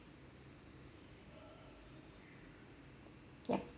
yup